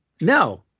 no